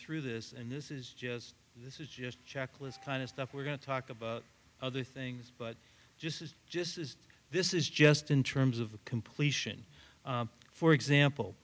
through this and this is just this is just a checklist kind of stuff we're going to talk about other things but just as just as this is just in terms of completion for example